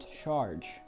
charge